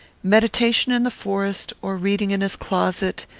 meditation in the forest, or reading in his closet,